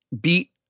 beat